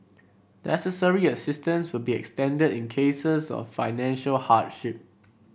necessary assistance will be extended in cases of financial hardship